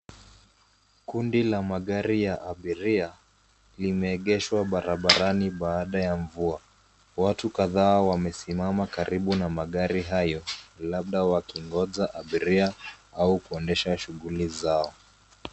Kundi la magari ya abiria, limeegeshwa barabarani baada ya mvua. Watu kadhaa wamesimama karibu na magari hayo, labda wakigonja abiria au kuendesha shughuli zao.